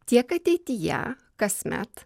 tiek ateityje kasmet